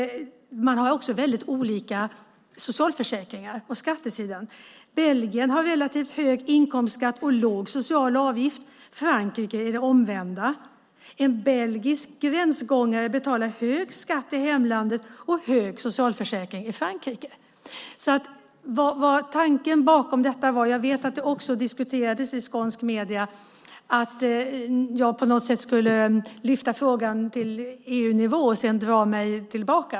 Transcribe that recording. Man har väldigt olika socialförsäkringar och skatter. Belgien har en relativt hög inkomstskatt och låga sociala avgifter. I Frankrike gäller det omvända. En belgisk gränspendlare betalar hög skatt i hemlandet och hög socialförsäkringsavgift i Frankrike. Jag vet att det i skånska medier diskuterats att jag på något sätt skulle lyfta upp frågan till EU-nivå och sedan dra mig tillbaka.